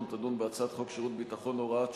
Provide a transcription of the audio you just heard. תדון בהצעת חוק שירות ביטחון (הוראת שעה)